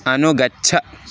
अनुगच्छ